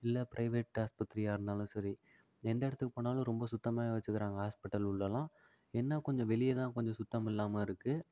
இல்லை ப்ரைவேட் ஹாஸ்பத்திரியாக இருந்தாலும் சரி எந்த இடத்துக்கு போனாலும் ரொம்ப சுத்தமாகவே வச்சுக்கிறாங்க ஹாஸ்பிட்டல் உள்ளேலாம் என்ன கொஞ்சம் வெளியேதான் கொஞ்சம் சுத்தம் இல்லாமல் இருக்குது